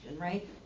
right